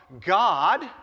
God